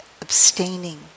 abstaining